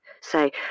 say